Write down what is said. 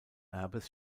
erbes